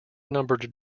numbered